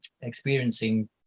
experiencing